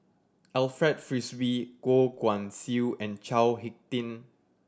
Alfred Frisby Goh Guan Siew and Chao Hick Tin